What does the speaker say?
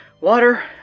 water